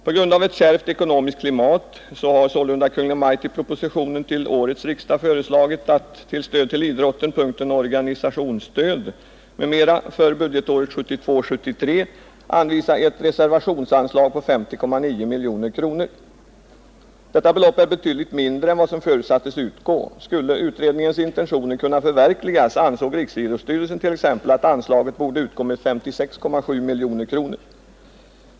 På grund av ett kärvt ekonomiskt klimat har Kungl. Maj:t i proposition till årets riksdag föreslagit att till Stöd till idrotten, punkten Organisationsstöd m.m. för budgetåret 1972/73 skall anvisas ett reservationsanslag på 50,9 miljoner kronor. Detta belopp är betydligt mindre än vad som förutsattes utgå. Skulle utredningens intentioner kunna förverkligas ansåg riksidrottsstyrelsen att anslaget borde utgå med 56,7 miljoner kronor.